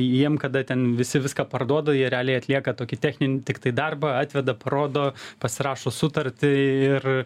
jiem kada ten visi viską parduoda jie realiai atlieka tokį techninį tiktai darbą atveda parodo pasirašo sutartį ir